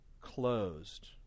closed